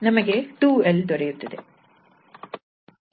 ನಮಗೆ 2𝑙 ದೊರೆಯುತ್ತದೆ